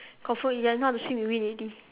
confirm ya you know how to swim you win already